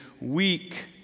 weak